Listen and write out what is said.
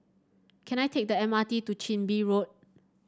can I take the M R T to Chin Bee Road